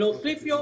להוסיף לו